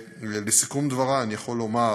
לסיכום דברי אני יכול לומר